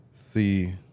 See